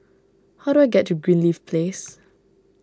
how do I get to Greenleaf Place